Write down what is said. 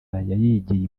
yayigiye